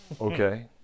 Okay